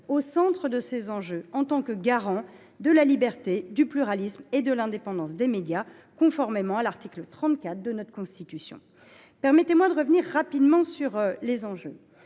au centre de ces enjeux, en tant que garant de la « liberté, du pluralisme et de l’indépendance des médias », conformément à l’article 34 de notre Constitution. Permettez moi de revenir sur ces enjeux